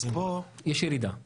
אז פה יש ירידה משמעותית.